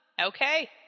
Okay